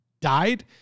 died